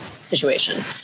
situation